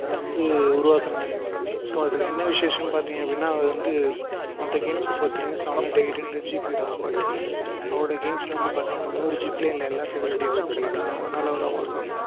அதை வந்து உருவாக்கினாரு ஸோ அதில் என்ன விசேஷம்ன்னு பார்த்தீங்க அப்படின்னா அது வந்து மற்ற கேம்ஸ் பொறுத்த வரைக்கும் seven hundred eight hundred GB இருக்கும் பட் அவரோடய கேம்ஸ்சில் வந்து பார்த்தீங்கன்னா முன்னூறு ஜிபிலேயே எல்லா ஃபெசிலிட்டிஸும் கிடைக்கும் அதனால் அவர் அவார்டு வாங்கினார்